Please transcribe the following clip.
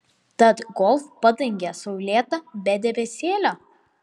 tad golf padangė saulėta be debesėlio